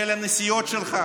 של הנסיעות שלך